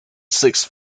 sixth